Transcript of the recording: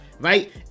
Right